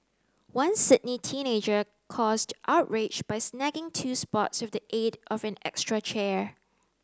one Sydney teenager caused outrage by snagging two spots with the aid of an extra chair